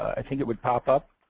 i think it would pop up.